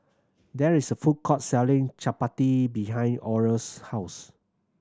there is a food court selling chappati behind Oral's house